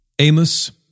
Amos